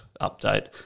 update